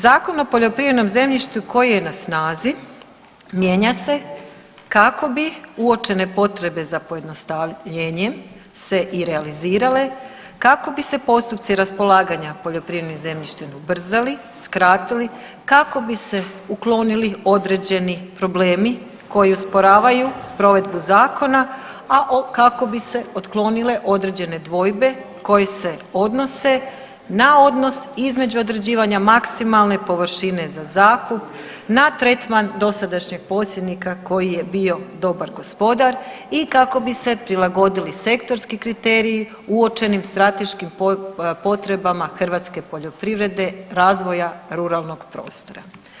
Zakon o poljoprivrednom zemljištu koji je na snazi mijenja se kako bi uočene potrebe za pojednostavljenjem se i realizirale, kako bi se postupci raspolaganja poljoprivrednim zemljištem ubrzali, skratili, kako bi se uklonili određeni problemi koji usporavaju provedbu zakona, a kako bi se otklonile određene dvojbe koje se odnose na odnos između određivanja maksimalne površine za zakup, na tretman dosadašnjeg posjednika koji je bio dobar gospodar i kako bi se prilagodili sektorski kriteriji uočenim strateškim potrebama hrvatske poljoprivrede, razvoja ruralnog prostora.